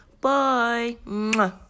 Bye